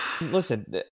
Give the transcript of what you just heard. Listen